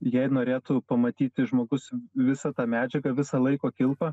jei norėtų pamatyti žmogus visą tą medžiagą visą laiko kilpą